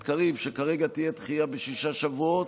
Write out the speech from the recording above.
קריב שכרגע תהיה דחייה בשישה שבועות,